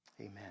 Amen